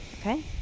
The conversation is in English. Okay